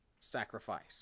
sacrifice